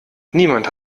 niemand